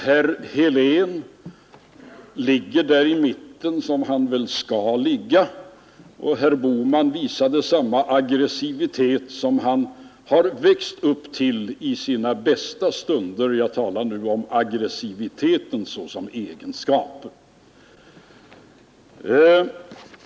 Herr Helén ligger i mitten, där han väl skall ligga, och herr Bohman visade samma aggressivitet som han har växt upp till i sina bästa stunder — jag talar nu om aggressivitet såsom egenskap.